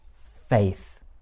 faith